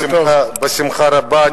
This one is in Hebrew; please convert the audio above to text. בשמחה רבה.